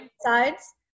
sides